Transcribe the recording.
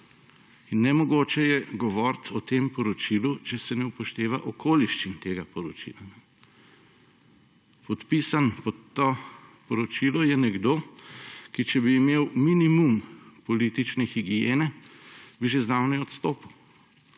Nemogoče je govoriti o tem poročilu, če se ne upošteva okoliščin tega poročila. Podpisan pod to poročilo je nekdo, ki bi, če bi imel minimum politične higiene, že zdavnaj odstopil.